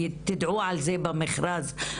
תדעו על זה במכרז,